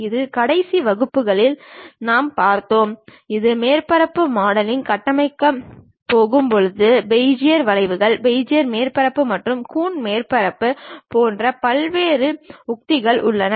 இது கடைசி வகுப்புகள் நாம் பார்த்தோம் இந்த மேற்பரப்பு மாடலிங் கட்டமைக்கப் போகும் போது பெஜியர் வளைவுகள் பெஜியர் மேற்பரப்புகள் மற்றும் கூன் மேற்பரப்புகள் போன்ற பல்வேறு உத்திகள் உள்ளன